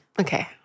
okay